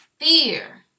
fear